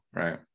right